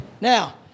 Now